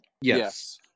Yes